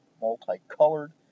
multi-colored